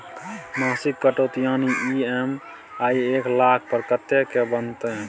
मासिक कटौती यानी ई.एम.आई एक लाख पर कत्ते के बनते?